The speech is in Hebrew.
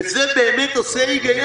וזה עושה היגיון.